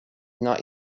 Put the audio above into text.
not